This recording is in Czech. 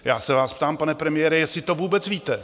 Já se vás ptám, pane premiére, jestli to vůbec víte.